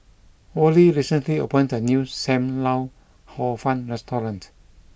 Worley recently opened a new Sam Lau Hor Fun restaurant